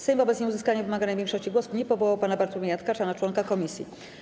Sejm wobec nieuzyskania wymaganej większości głosów nie powołał pana Bartłomieja Tkacza na członka komisji.